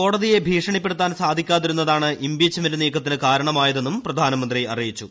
കോടതിയെ ഭീഷണിപ്പെടുത്താൻ സാധിക്കാതിരുന്നത്യുണ് ഇംപീച്ച്മെന്റ നീക്കത്തിന് കാരണമായതെന്നും പ്രശ്യന്മീന്തി അറിയിച്ചു